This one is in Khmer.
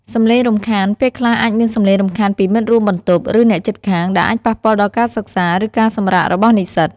សំឡេងរំខាន ពេលខ្លះអាចមានសំឡេងរំខានពីមិត្តរួមបន្ទប់ ឬអ្នកជិតខាង ដែលអាចប៉ះពាល់ដល់ការសិក្សា ឬការសម្រាករបស់និស្សិត។